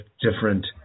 different